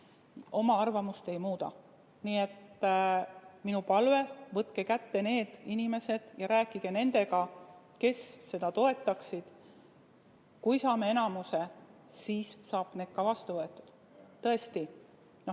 oma arvamust ei muuda. Nii et minu palve on: võtke kokku need inimesed ja rääkige nendega, kes seda toetaksid. Kui saame enamuse, siis saab ka need vastu võetud. Tõesti